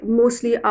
mostly